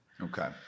Okay